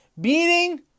Beating